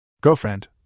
Girlfriend